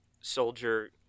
soldier